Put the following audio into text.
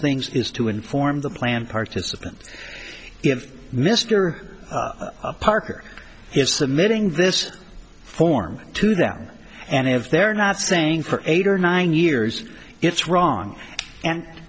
things is to inform the plan participants if mr parker is submitting this form to them and if they're not saying for eight or nine years it's wrong and